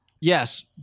Yes